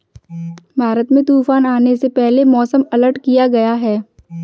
भारत में तूफान आने से पहले मौसम अलर्ट किया गया है